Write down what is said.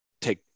take